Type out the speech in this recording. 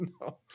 no